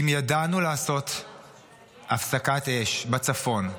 אם ידענו לעשות הפסקת אש בצפון,